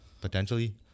potentially